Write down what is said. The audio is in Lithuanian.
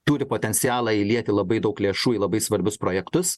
turi potencialą įlieti labai daug lėšų į labai svarbius projektus